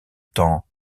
temps